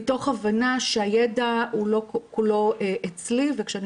מתוך הבנה שהידע הוא לא אצלי וכשאני